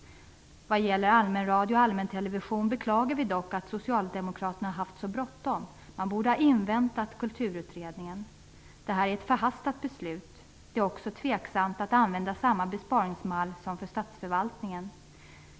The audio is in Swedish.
Vad gäller allmänradion och allmäntelevisionen beklagar vi dock att socialdemokraterna har haft så bråttom. Man borde ha inväntat Kulturutredningen. Det här är ett förhastat beslut. Det är också tveksamt att använda samma besparingsmall som för statsförvaltningen.